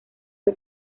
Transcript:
fue